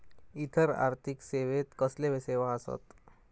इतर आर्थिक सेवेत कसले सेवा आसत?